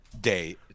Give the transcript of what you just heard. day